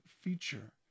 feature